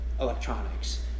electronics